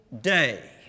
day